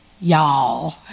Y'all